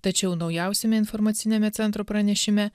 tačiau naujausiame informaciniame centro pranešime